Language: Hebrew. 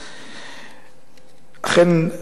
אכן,